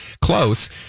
close